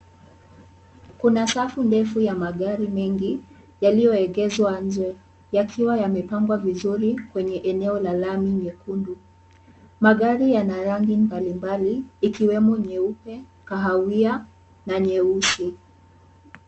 Kuna safu ndefu ya magari mengi yaliyoegeshwa nje yakiwa yamepangwa vizuri kwenye eneo la lami nyekundu. Magari yana rangi mbalimbali ikiwemo nyeupe, kahawia na nyeusi.